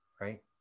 right